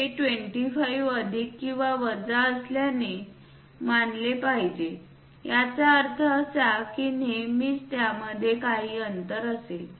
हे 25 अधिक किंवा वजा असल्याचे मानले पाहिजे याचा अर्थ असा की नेहमीच त्यामध्ये काही अंतर असेल